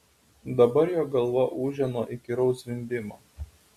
dabar jo galva ūžė nuo įkyraus zvimbimo